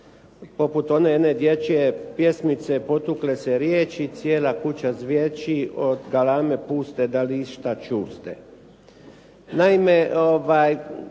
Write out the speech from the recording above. poput one dječje pjesmice, "Potukle se riječi, cijela kuća zveči, od galame puste, da li išta čuste". Naime, naravno